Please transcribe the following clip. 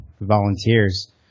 volunteers